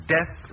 Death